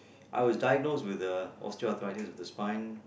I was diagnosed with osteoarthritis which is fine